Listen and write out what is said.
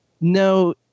No